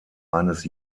eines